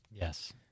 Yes